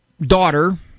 daughter